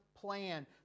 plan